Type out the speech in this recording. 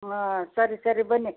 ಹಾಂ ಸರಿ ಸರಿ ಬನ್ನಿ